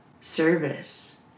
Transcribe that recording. service